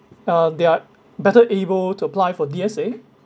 uh they are better able to apply for D_S_A